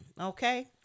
Okay